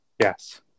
Yes